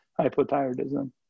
hypothyroidism